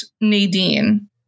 Nadine